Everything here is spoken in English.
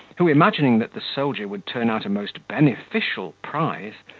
who, imagining that the soldier would turn out a most beneficial prize,